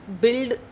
build